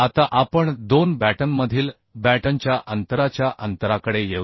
आता आपण दोन बॅटनमधील बॅटनच्या अंतराच्या अंतराकडे येऊया